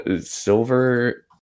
Silver